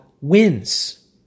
wins